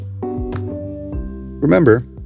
Remember